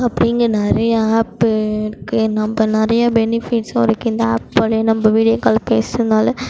அப்படின்னு நிறையா ஆப்பு இருக்குது நம்ம நிறையா பெனிஃபிட்ஸ்சும் இருக்குது இந்த ஆப் வழியாக நம்ம வீடியோ கால் பேசுவதுனால